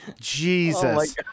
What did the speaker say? Jesus